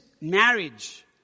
marriage